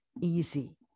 easy